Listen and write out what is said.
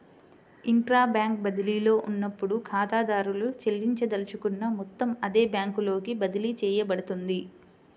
intra bank బదిలీలో ఉన్నప్పుడు, ఖాతాదారుడు చెల్లించదలుచుకున్న మొత్తం అదే బ్యాంకులోకి బదిలీ చేయబడుతుంది